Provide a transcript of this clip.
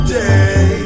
day